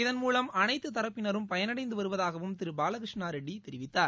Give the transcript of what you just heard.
இதன்மூலம் அனைத்து தரப்பினரும் பயனடைந்து வருவதாகவும் திரு பாலகிருஷ்ணதெட்டி தெரிவித்தார்